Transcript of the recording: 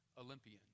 Olympian